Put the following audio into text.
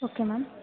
okay ma'am